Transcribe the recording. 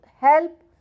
help